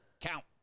count